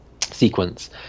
sequence